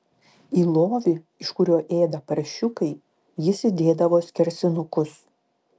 į lovį iš kurio ėda paršiukai jis įdėdavo skersinukus